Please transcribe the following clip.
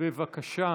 פנייה